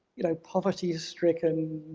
you know poverty-stricken,